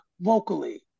vocally